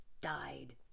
died